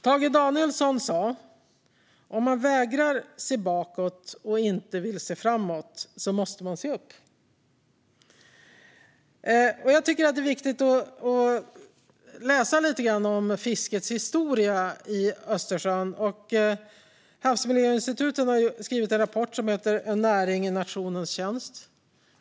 Tage Danielsson sa att om man vägrar att se bakåt och inte vill se framåt måste man se upp. Jag tycker att det är viktigt att läsa lite grann om fiskets historia i Sverige. Havsmiljöinstitutet har skrivit en rapport som heter En näring i natio nens tjänst .